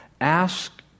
ask